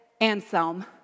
Anselm